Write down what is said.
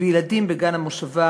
וילדים בגן המושבה,